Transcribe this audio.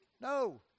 No